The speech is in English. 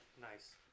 Nice